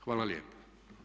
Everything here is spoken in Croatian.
Hvala lijepa.